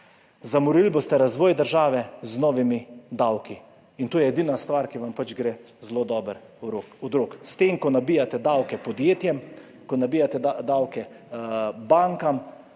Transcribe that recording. Zamorili boste razvoj države z novimi davki in to je edina stvar, ki vam gre zelo dobro od rok. S tem, ko nabijate davke podjetjem, ko nabijate davke bankam,